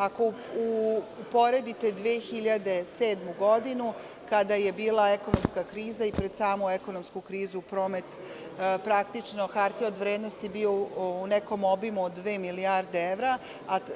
Ako uporedite 2007. godinu kada je bila ekonomska kriza i pred samu ekonomsku krizu promet praktično, hartija od vrednosti bio u nekom obimu od dve milijarde evra,